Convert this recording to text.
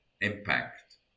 impact